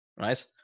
right